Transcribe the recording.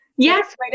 Yes